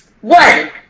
one